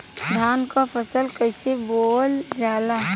धान क फसल कईसे बोवल जाला?